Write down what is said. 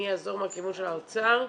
אני אעזור מהכיוון של האוצר,